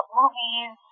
movies